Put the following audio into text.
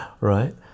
Right